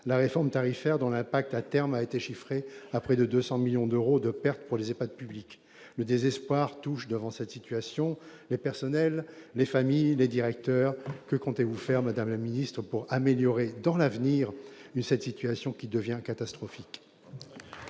la réforme tarifaire, dont l'impact à terme a été évalué à près de 200 millions d'euros de pertes pour les EHPAD publics. Dans ces circonstances, le désespoir touche les personnels, les familles et les directeurs d'EHPAD. Que comptez-vous faire, madame la ministre, pour améliorer dans l'avenir cette situation qui devient catastrophique ?